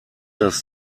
das